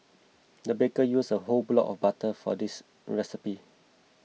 the baker used a whole block of butter for this recipe